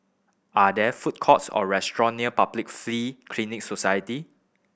are there food courts or restaurant near Public Free Clinic Society